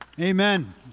Amen